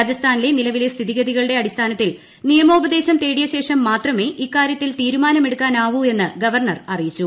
രാജസ്ഥാനിലെ നിലവിലെ സ്ഥിതിഗതികളുടെ അടിസ്ഥാനത്തിൽ നിയമോപദേശം തേടിയ ശേഷം മാത്രമേ ഇക്കാര്യത്തിൽ ത്രീരുമാനമെടുക്കാനാവൂ എന്ന് ഗവർണർ അറിയിച്ചു